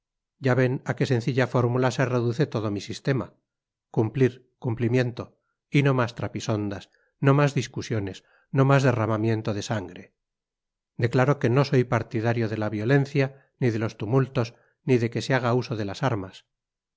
ya ven a qué sencilla fórmula se reduce todo mi sistema cumplir cumplimiento y no más trapisondas no más discusiones no más derramamiento de sangre declaro que no soy partidario de la violencia ni de los tumultos ni de que se haga uso de las armas